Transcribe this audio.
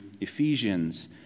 Ephesians